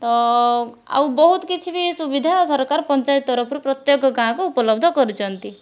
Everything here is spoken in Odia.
ତ ଆଉ ବହୁତ କିଛି ବି ସୁବିଧା ସରକାର ପଞ୍ଚାୟତ ତରଫରୁ ପ୍ରତ୍ୟକ ଗାଁକୁ ଉପଲବ୍ଧ କରୁଛନ୍ତି